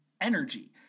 energy